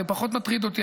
זה פחות מטריד אותי,